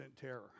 terror